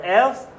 else